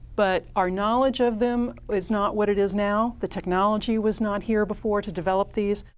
but our knowledge of them is not what it is now. the technology was not here before to develop these.